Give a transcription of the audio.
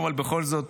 אבל בכל זאת